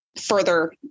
further